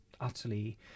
utterly